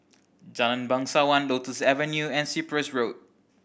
Jalan Bangsawan Lotus Avenue and Cyprus Road